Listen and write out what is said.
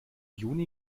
juni